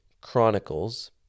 Chronicles